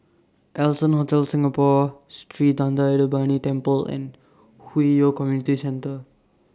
Allson Hotel Singapore Sri Thendayuthapani Temple and Hwi Yoh Community Centre